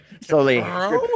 slowly